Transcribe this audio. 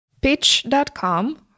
Pitch.com